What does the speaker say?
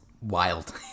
wild